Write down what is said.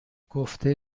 گفته